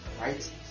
right